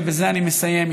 ובזה אני מסיים,